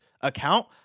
account